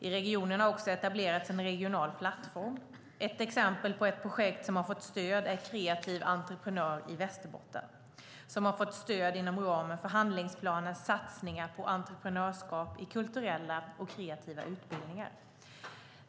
I regionen har också etablerats en regional plattform. Ett exempel på ett projekt som har fått stöd är Kreativ entreprenör i Västerbotten, som har fått stöd inom ramen för handlingsplanens satsningar på entreprenörskap i kulturella och kreativa utbildningar.